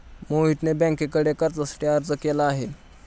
मोहितने बँकेकडे कर्जासाठी अर्ज केला आहे